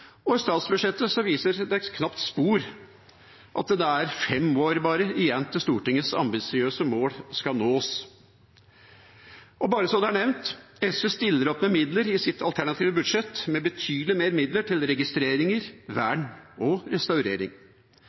og i statsbudsjettet vises det knapt spor av at det bare er fem år igjen til Stortingets ambisiøse mål skal nås. Bare så det er nevnt: SV stiller opp med midler i sitt alternative budsjett, med betydelig mer midler til registreringer, vern og restaurering.